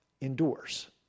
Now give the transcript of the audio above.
endures